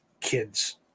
kids